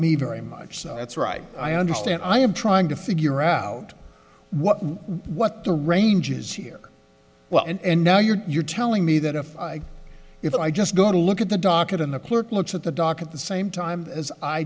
me very much so that's right i understand i am trying to figure out what what the range is here well and now you're telling me that if i if i just go to look at the docket in the clerk looks at the dock at the same time as i